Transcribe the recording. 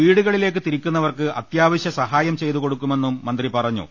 വീടുകളിലേക്ക് തിരിക്കുന്നവർക്ക് അത്യാവശ്യ സഹായം ചെയ്തുകൊടു ക്കുമെന്നും മന്ത്രി പറഞ്ഞു